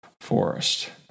forest